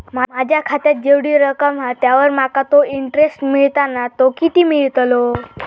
माझ्या खात्यात जेवढी रक्कम हा त्यावर माका तो इंटरेस्ट मिळता ना तो किती मिळतलो?